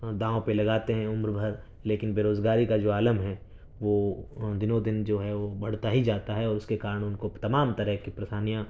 داؤں پہ لگاتے ہیں عمر بھر لیکن بےروزگاری کا جو عالم ہے وہ دنوں دن جو ہے بڑھتا ہی جاتا ہے اور اس کے کارڑ ان کو تمام طرح کی پریشانیاں